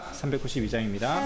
392장입니다